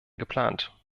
geplant